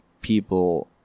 people